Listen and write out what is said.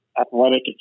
athletic